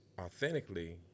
authentically